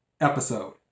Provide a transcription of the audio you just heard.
episode